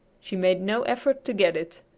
she made no effort to get it.